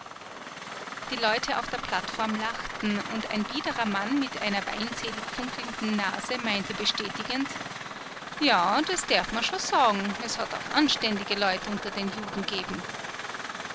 die leute auf der plattform lachten und ein biederer mann mit einer weinselig funkelnden nase meinte bestätigend ja das derf man schon sagen es hat auch anständige leut unter den juden